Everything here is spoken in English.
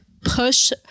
push